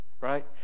right